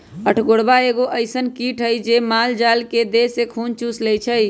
अठगोरबा एगो अइसन किट हइ जे माल जाल के देह से खुन चुस लेइ छइ